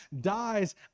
dies